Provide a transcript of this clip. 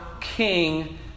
King